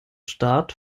staat